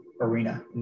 arena